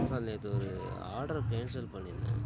sir நேற்று ஒரு order cancel பண்ணிருந்தேன்